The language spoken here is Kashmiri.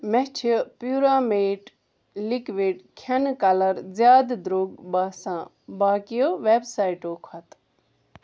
مےٚ چھ پیوٗرامیٹ لِکوِڈ کھٮ۪نہٕ کلر زیادٕ درٛوگ باسان باقیو ویب سایٹَو کھۄتہٕ